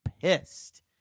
pissed